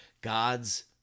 God's